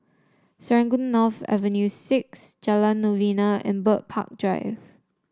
Serangoon North Avenue Six Jalan Novena and Bird Park Drive